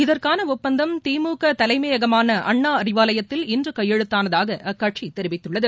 இதற்கான ஒப்பந்தம் திமுக தலைமையகமான அண்ணா அறிவாவயத்தில் இன்று கையெழுத்தானதாக அக்கட்சி தெரிவித்துள்ளது